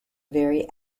very